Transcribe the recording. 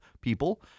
people